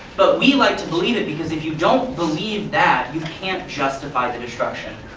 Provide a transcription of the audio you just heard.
but we like to believe it, because if you don't believe that, you can't justify the destruction.